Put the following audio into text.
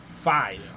Fire